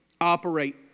Operate